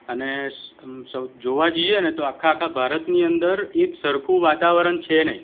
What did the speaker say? અને સ સ જોવા જઈએને તો આખા આખા ભારતની અંદર એક સરખું વાતાવરણ છે નહીં